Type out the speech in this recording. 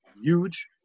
huge